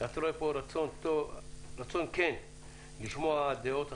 אתה רואה פה רצון כן לשמוע דעות אחרות,